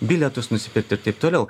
bilietus nusipirkt ir taip toliau